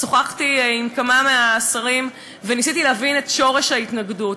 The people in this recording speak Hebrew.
שוחחתי עם כמה מהשרים וניסיתי להבין את שורש ההתנגדות.